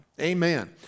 Amen